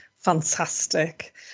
Fantastic